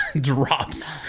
drops